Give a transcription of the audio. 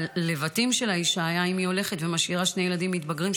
הלבטים של האישה היו אם היא הולכת ומשאירה שני ילדים מתבגרים,